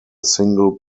single